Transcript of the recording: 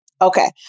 Okay